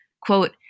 Quote